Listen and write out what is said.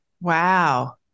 Wow